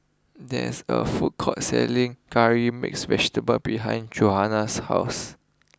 there is a food court selling Curry Mixed Vegetable behind Johannah's house